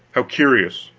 how curious.